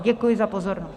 Děkuji za pozornost.